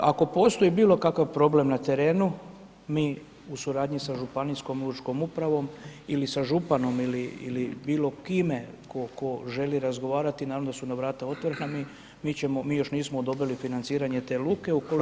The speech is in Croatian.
Ako postoji bilo kakav problem na terenu, mi u suradnji sa županijskom lučkom upravom ili sa županom ili bilo kime tko želi razgovarati, naravno da su nam vrata otvorena, mi još nismo odobrili financiranje te luke, ukoliko